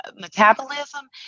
metabolism